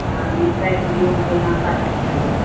अहाँ दिन ताकि दियौ हम ओरियान पाति करबै